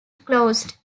closed